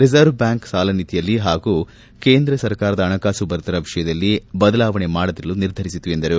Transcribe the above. reserve bank ಸಾಲನೀತಿಯಲ್ಲಿ ಹಾಗೂ ಕೇಂದ್ರ ಸರ್ಕಾರದ ಹಣಕಾಸು ಭದ್ರತಾ ವಿಷಯದಲ್ಲಿ ಬದಲಾವಣೆ ಮಾಡದಿರಲು ನಿರ್ಧರಿಸಿತು ಎಂದರು